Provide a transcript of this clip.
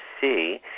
see